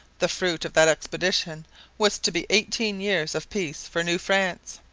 the fruit of that expedition was to be eighteen years of peace for new france.